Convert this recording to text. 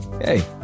Hey